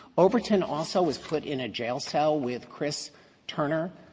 overton also was put in a jail cell with chris turner,